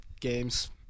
games